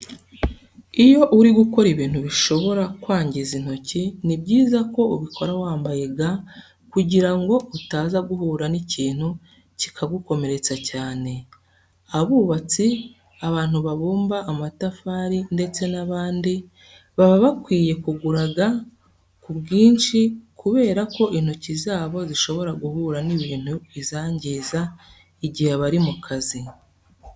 Iyo uri gukora ibintu bishobora kwangiza intoki, ni byiza ko ubikora wambaye ga kugira ngo utaza guhura n'ikintu kikagukomeretsa cyane. Abubatsi, abantu babumba amatafati ndetse n'abandi, baba bakwiye kugura ga ku bwinshi kubera ko intoki zabo zishobora guhura n'ibintu bizangiza igihe bari mu kazi.